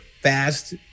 fast